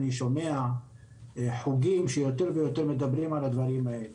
אני שומע חוגים שיותר ויותר מדברים על הדברים האלה.